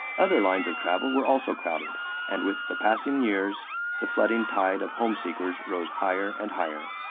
other lines of travel were also crowded and with the passing years the flooding tide of home seekers rose higher and higher.